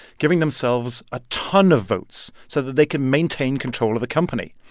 giving themselves a ton of votes so that they can maintain control of the company.